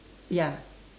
ya